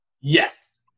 Yes